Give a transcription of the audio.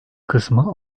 kısmı